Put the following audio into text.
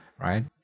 right